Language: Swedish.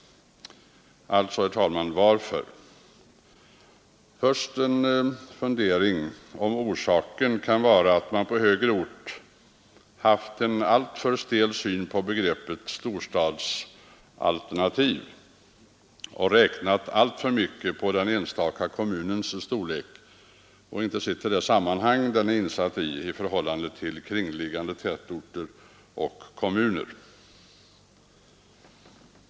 Alltså, herr talman, varför? Först en fundering över om orsaken kan vara att man på högre ort har haft en alltför stel syn på begreppet storstadsalternativ. Man har räknat alltför mycket på den enstaka kommunens storlek och inte sett till det sammanhang i vilket den är insatt i förhållande till kringliggande tätorter och kommuner.